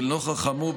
ולנוכח האמור,